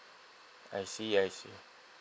I see I see